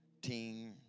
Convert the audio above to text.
team